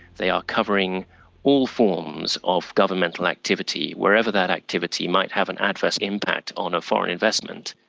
they are covering all forms of governmental activity, wherever that activity might have an adverse impact on a foreign investment.